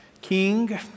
king